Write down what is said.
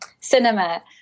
cinema